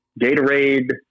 Gatorade